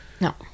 No